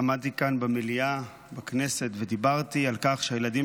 עמדתי כאן במליאת הכנסת ודיברתי על כך שהילדים